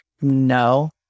No